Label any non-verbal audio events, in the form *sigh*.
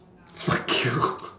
fuck you *laughs*